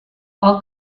all